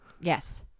Yes